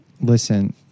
listen